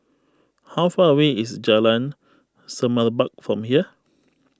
how far away is Jalan Semerbak from here